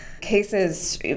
cases